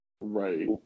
Right